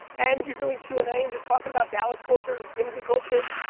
and you're doing q and a and just talking about dallas culture, immigrant culture,